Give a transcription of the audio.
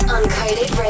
Uncoded